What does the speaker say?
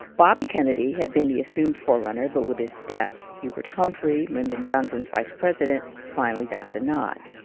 bobby kennedy had been the assumed forerunner, but with his death, hubert humphrey lyndon johnson's vice president finally got the nod.